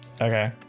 okay